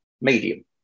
medium